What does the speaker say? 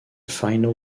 final